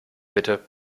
bitte